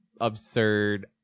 absurd